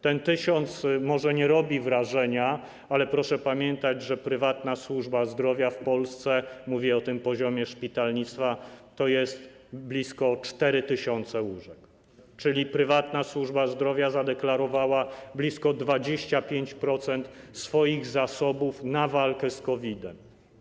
Ten 1 tys. może nie robi wrażenia, ale proszę pamiętać, że prywatna służba zdrowia w Polsce, mówię o tym poziomie szpitalnictwa, to blisko 4 tys. łóżek, czyli prywatna służba zdrowia zadeklarowała blisko 25% swoich zasobów na walkę z COVID-em.